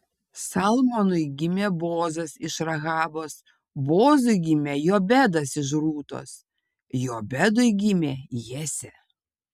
salmonui gimė boozas iš rahabos boozui gimė jobedas iš rūtos jobedui gimė jesė